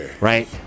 Right